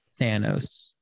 Thanos